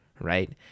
right